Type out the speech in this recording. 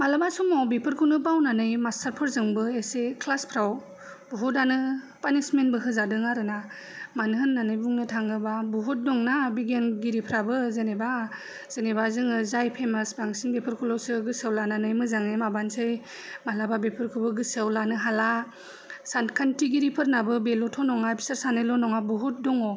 मालाबा समाव बेफोरखौनो बावनानै मास्टार फोरजोंबो एसे क्लासफ्राव बहुद यानो पानिसमेन्थबो होजादों आरो ना मानो होननानै बुंनो थाङोब्ला बहुत दंना बिगियानगिरिफोराबो जेनेबा जेनेबा जाय फेमास बांसिन बेफोरखौल'सो गोसोआव लानानै मोजाङै माबानसै मालाबा बेफोरखौबो गोसोआव लाखिनो हाला सानखान्थिगिरिफोरनाबो बेल'थ' नङा बिसोर सानैल' नङा बहुत दङ